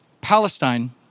Palestine